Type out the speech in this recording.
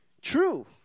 true